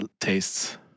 tastes